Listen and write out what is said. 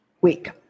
Week